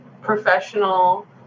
professional